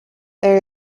there